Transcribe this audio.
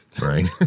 Right